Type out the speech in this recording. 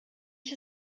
ich